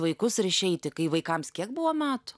vaikus ir išeiti kai vaikams kiek buvo metų